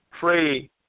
free